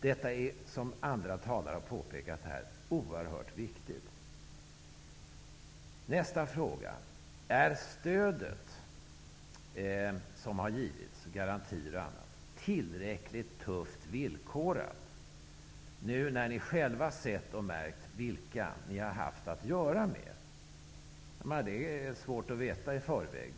Detta är, som andra talare har påpekat, oerhört viktigt. 3.Har det varit tillräckligt tuffa villkor för det stöd som har givits -- garantier och annat? Ni har nu själva sett vilka ni har haft att göra med -- sådant är svårt att veta i förväg.